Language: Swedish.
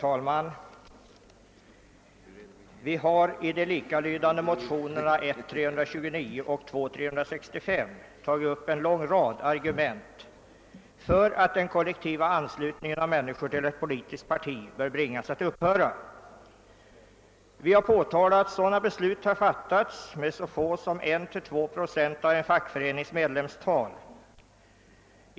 Herr talman! I de likalydande motionerna I: 329 och 11: 365 har vi motionärer från moderata samlingspartiet tagit upp en lång rad argument för att den kollektiva anslutningen av perso ner till ett politiskt parti bör bringas att upphöra. Vi har påtalat att beslut om kollektivanslutning har fattats av en så liten andel som 1 å 2 procent av en fackförenings medlemstal.